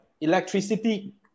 electricity